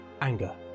anger